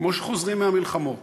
כמו שחוזרים מהמלחמות.